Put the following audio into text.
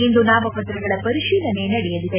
ಇಂದು ನಾಮಪತ್ರಗಳ ಪರಿಶೀಲನೆ ನಡೆಯಲಿದೆ